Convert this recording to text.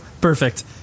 Perfect